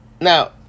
Now